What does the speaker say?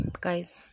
guys